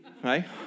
Right